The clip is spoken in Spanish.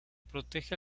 protege